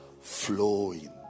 flowing